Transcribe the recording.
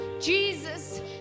jesus